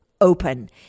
Open